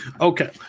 Okay